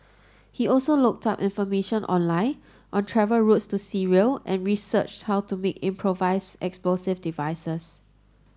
he also looked up information online on travel routes to Syria and researched how to make improvised explosive devices